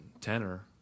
tenor